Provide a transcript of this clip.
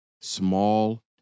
small